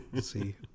See